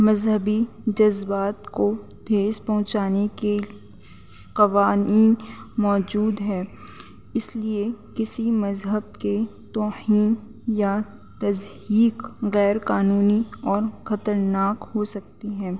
مذہبی جذبات کو ٹھیس پہنچانے کے قوانین موجود ہیں اس لیے کسی مذہب کے توہین یا تضحیک غیر قانونی اور خطرناک ہو سکتی ہے